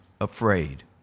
afraid